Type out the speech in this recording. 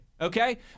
Okay